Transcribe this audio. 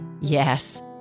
Yes